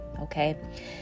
Okay